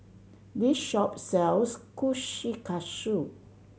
this shop sells Kushikatsu